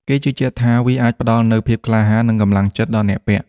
គេជឿថាវាអាចផ្ដល់នូវភាពក្លាហាន និងកម្លាំងចិត្តដល់អ្នកពាក់។